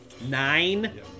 Nine